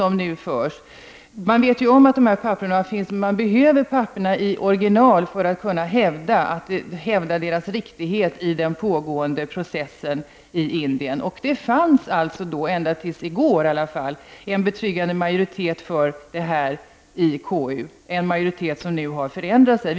Man vet om att dessa papper finns och man behöver dem i original för att kunna hävda sin rätt i den pågående processen. Ända tills i går fanns det i KU en betryggande majoritet för att lämna ut materialet, en majoritet som nu har försvunnit.